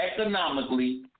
economically